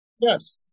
Yes